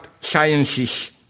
sciences